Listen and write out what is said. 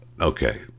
okay